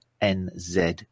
n-z